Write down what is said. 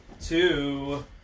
two